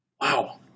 wow